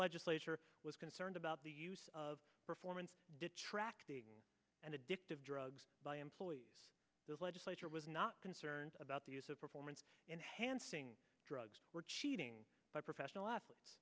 legislature was concerned about the use of performance detract and addictive drugs by employees legislature was not concerned about the use of performance enhancing drugs were cheating by professional athletes